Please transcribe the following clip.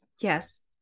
yes